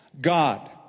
God